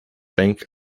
bank